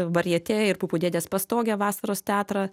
varjetė ir pupų dėdės pastogė vasaros teatrą